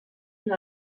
una